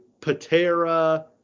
Patera